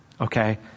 Okay